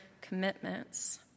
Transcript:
commitments